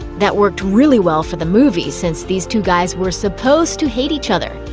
that worked really well for the movie, since these two guys were supposed to hate each other.